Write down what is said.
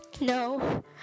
No